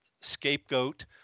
scapegoat